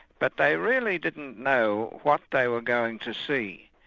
but they really didn't know what they were going to see.